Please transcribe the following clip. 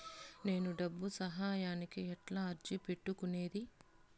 నేను డబ్బు సహాయానికి ఎట్లా అర్జీ పెట్టుకునేది?